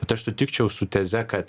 bet aš sutikčiau su teze kad